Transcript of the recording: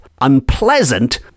unpleasant